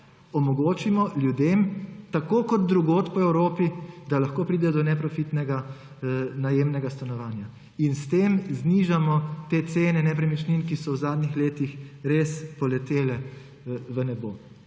omogočimo ljudem tako kot drugod po Evropi, da lahko pridejo do neprofitnega najemnega stanovanja, in s tem znižamo cene nepremičnin, ki so v zadnjih letih res poletele v nebo.